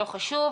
לא חשוב,